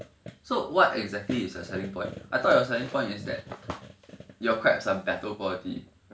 so what exactly is your selling point I thought your selling point is that your crabs are better quality